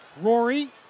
Rory